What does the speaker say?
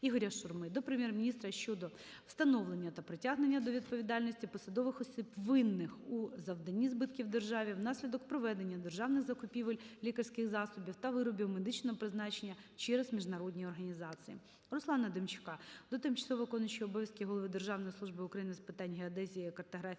Ігоря Шурми до Прем'єр-міністра щодо встановлення та притягнення до відповідальності посадових осіб, винних у завданні збитків державі внаслідок проведення державних закупівель лікарських засобів та виробів медичного призначення через міжнародні організації. Руслана Демчака до тимчасово виконуючого обов'язки голови Державної служби України з питань геодезії, картографії